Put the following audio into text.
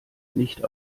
nicht